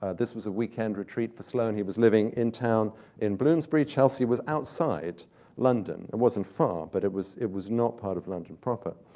ah this was a weekend retreat for sloane. he was living in town in bloomsbury. chelsea was outside london. it wasn't far, but it was it was not part of london proper.